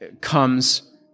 comes